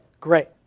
great